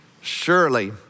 surely